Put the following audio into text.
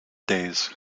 days